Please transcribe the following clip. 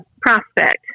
prospect